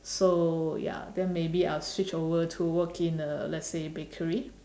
so ya then maybe I'll switch over to work in a like let's say bakery